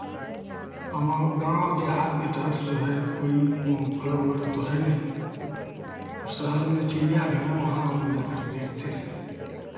हमाओ गाँव देहात के तरफ से जो है कोई क्लब वगैरह तो है नहीं और शहर में चिड़ियाघर है वहाँ हम लोग जाकर देखते हैं